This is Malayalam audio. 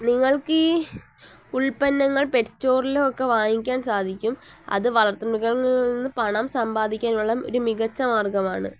നിങ്ങൾക്ക് ഈ ഉൽപ്പന്നങ്ങൾ പെറ്റ് സ്റ്റോറിലൊക്കെ വാങ്ങിക്കാൻ സാധിക്കും അത് വളർത്തുമൃഗങ്ങളിൽ നിന്ന് പണം സമ്പാദിക്കാനുള്ള ഒരു മികച്ച മാർഗ്ഗമാണ്